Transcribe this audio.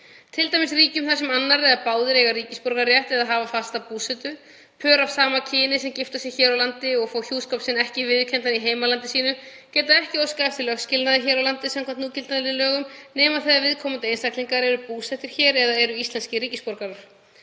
t.d. ríkjum þar sem annar eða báðir eiga ríkisborgararétt eða hafa fasta búsetu. Pör af sama kyni sem gifta sig hér á landi og fá hjúskap sinn ekki viðurkenndan í heimalandi sínu geta ekki óskað eftir lögskilnaði hér á landi samkvæmt gildandi lögum nema þegar viðkomandi einstaklingar eru búsettir hér eða eru íslenskir ríkisborgarar.